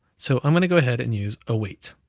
so i'm gonna go ahead, and use await,